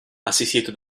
assistito